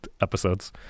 episodes